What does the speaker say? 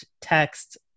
text